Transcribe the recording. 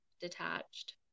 detached